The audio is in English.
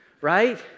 right